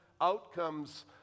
outcomes